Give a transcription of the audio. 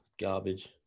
garbage